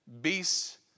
beasts